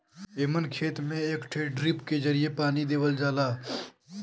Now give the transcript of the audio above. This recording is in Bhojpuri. एमन खेत में एक ठे ड्रिप के जरिये पानी देवल जाला